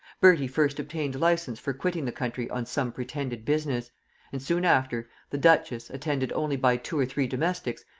bertie first obtained license for quitting the country on some pretended business and soon after, the duchess, attended only by two or three domestics,